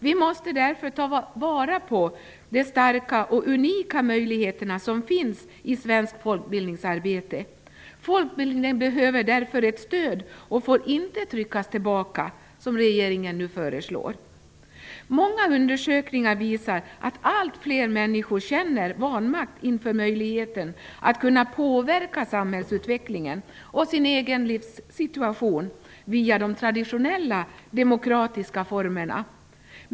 Vi måste därför ta vara på de starka och unika möjligheter som finns i svenskt folkbildningsarbete. Folkbildningen behöver därför ett stöd och får inte tryckas tillbaka, som regeringen nu föreslår. Många undersökningar visar att allt fler människor känner vanmakt inför möjligheterna att påverka samhällsutvecklingen och sin egen livssituation via de traditionella demokratiska formerna.